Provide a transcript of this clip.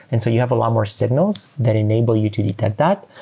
and so you have a lot more signals that enable you to detect that.